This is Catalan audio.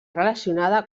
relacionada